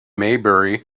maybury